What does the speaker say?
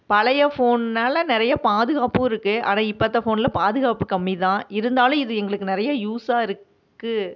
பழைய ஃபோன்னால நிறைய பாதுகாப்பும் இருக்குது ஆனால் இப்பத்த ஃபோன்ல பாதுகாப்பு கம்மி தான் இருந்தாலும் இது எங்களுக்கு நிறைய யூஸாக இருக்குது